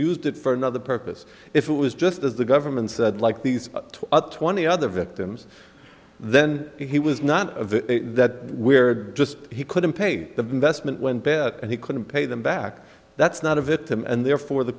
used it for another purpose if it was just as the government said like these other twenty other victims then he was not that we were just he couldn't pay the investment when bet and he couldn't pay them back that's not a victim and therefore the